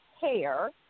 hair